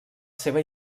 seva